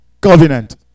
covenant